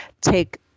take